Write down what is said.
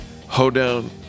hoedown